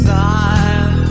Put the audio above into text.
time